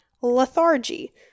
lethargy